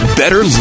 better